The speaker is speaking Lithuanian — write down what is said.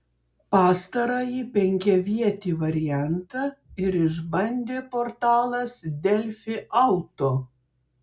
pastarąjį penkiavietį variantą ir išbandė portalas delfi auto